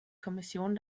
kommission